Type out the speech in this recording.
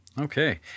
Okay